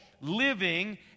living